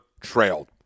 trailed